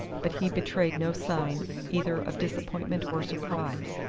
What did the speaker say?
but he betrayed no sign either of disappointment or surprise.